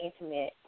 intimate